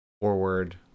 forward